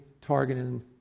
targeting